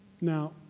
Now